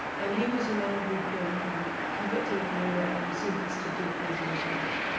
and he was a man who'd been um convicted of murder and sentenced to death as a result.